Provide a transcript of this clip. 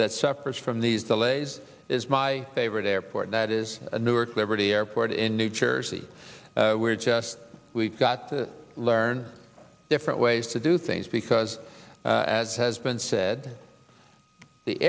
that suffers from these delays is my favorite airport that is a newark liberty airport in new jersey we're just we've got to learn different ways to do things because as has been said the